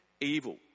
evil